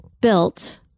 built